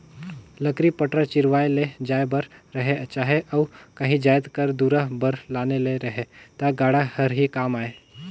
लकरी पटरा चिरवाए ले जाए बर रहें चहे अउ काही जाएत घर दुरा बर लाने ले रहे ता गाड़ा हर ही काम आए